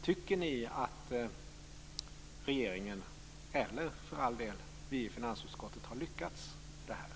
Tycker ni att regeringen, eller för all del vi i finansutskottet, har lyckats med det?